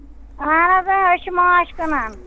آ حضرت أسۍ چھِ مانٛچھ کٕنان